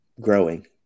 growing